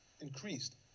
increased